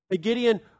Gideon